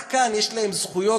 רק כאן יש להם זכויות